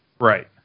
Right